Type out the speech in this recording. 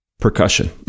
percussion